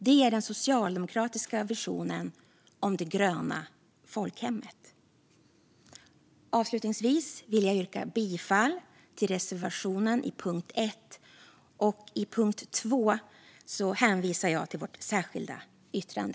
Det är den socialdemokratiska visionen om det gröna folkhemmet. Avslutningsvis yrkar jag under punkt 1 bifall till reservationen. Under punkt 2 hänvisar jag till vårt särskilda yttrande.